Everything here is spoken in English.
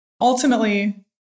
ultimately